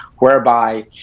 whereby